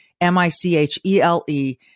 M-I-C-H-E-L-E